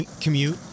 commute